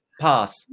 Pass